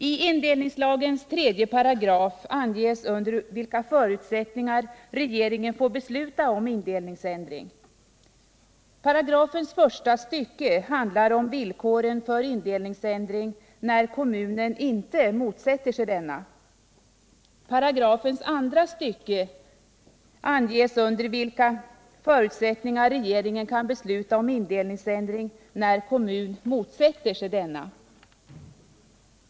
I indelningslagens 3 § anges under vilka förutsättningar regeringen får besluta om indelningsändring. Paragrafens första stycke handlar om villkoren för indelningsändring, när kommunen inte motsätter sig denna. I paragrafens andra stycke anges under vilka förutsättningar regeringen kan besluta om indelningsändring, när kommunen motsätter sig denna.